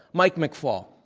mike mcfaul,